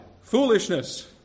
foolishness